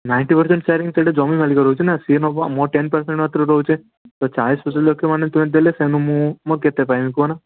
ninety percent sharing ସେଇଟା ଜମି ମାଲିକର ରହୁଛି ନା ସିଏ ନେବ ଆଉ ମୋର ଟେନ୍ ପର୍ସେଣ୍ଟ୍ ମାତ୍ର ରହୁଛି ତ ଚାଳିଶ ପଚାଶ ଲକ୍ଷ ମାନେ ତୁମେ ଦେଲେ ସେନୁ ମୁଁ ମୁଁ ଆଉ କେତେ ପାଇବି କୁହ ନା